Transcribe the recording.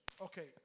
Okay